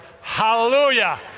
Hallelujah